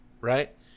right